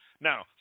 Now